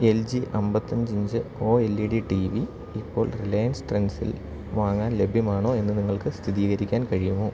L G അമ്പത്തിയഞ്ച് inch O L E D T V ഇപ്പോൾ Reliance ട്രെൻഡ്സിൽ വാങ്ങാൻ ലഭ്യമാണോയെന്ന് നിങ്ങൾക്ക് സ്ഥിരീകരിക്കാൻ കഴിയുമോ